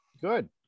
Good